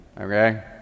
okay